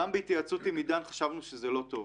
גם בהתייעצות עם עידן חשבנו שזה לא טוב.